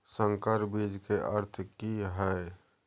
संकर बीज के अर्थ की हैय?